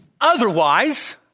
Otherwise